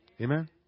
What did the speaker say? Amen